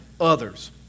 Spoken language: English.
others